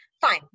fine